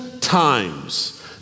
times